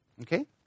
Okay